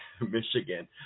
Michigan